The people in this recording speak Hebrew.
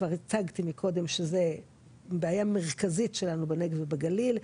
כבר הצגתי מקודם שזו בעיה מרכזית שלנו בנגב ובגליל.